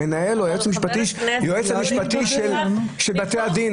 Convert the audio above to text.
מנהל או יועץ משפטי של בתי הדין --- חה"כ מקלב,